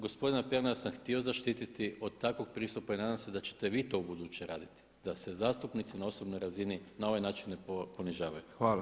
Gospodina Pernara sam htio zaštititi od takvog pristupa i nadam se da ćete vi to ubuduće raditi da se zastupnici na osobnoj razini na ovaj način ne ponižavaju.